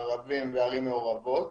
ערבים וערים מעורבות